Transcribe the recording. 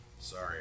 Sorry